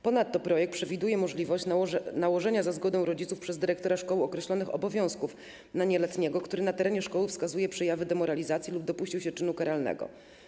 Ponadto projekt przewiduje możliwość nałożenia za zgodą rodziców przez dyrektora szkoły określonych obowiązków na nieletniego, który na terenie szkoły wskazuje przejawy demoralizacji lub dopuścił się czynu karalnego.